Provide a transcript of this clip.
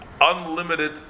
unlimited